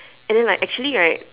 and then like actually right